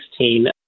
2016